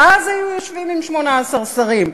ואז היינו יושבים עם 18 שרים,